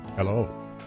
Hello